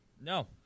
No